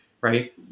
right